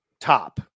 top